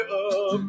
up